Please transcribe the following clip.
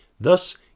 Thus